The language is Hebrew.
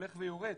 הולך ויורד.